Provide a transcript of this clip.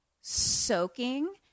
soaking